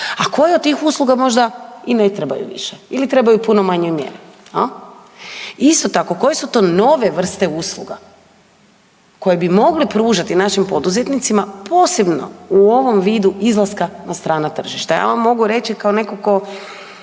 a koje od tih usluga možda i ne trebaju više ili trebaju u puno manjoj mjeri, jel. Isto tako koje su to nove vrste usluga koje bi mogli pružati našim poduzetnicima, posebno u ovom vidu izlaska na strana tržišta. Ja vam mogu reći kao neko ko